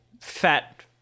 fat